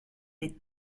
les